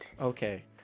Okay